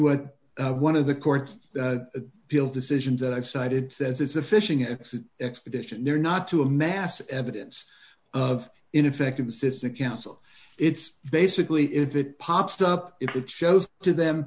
what one of the court of appeal decisions that i've cited says it's a fishing expedition they're not to amass evidence of ineffective assistant counsel it's basically if it pops up it shows to them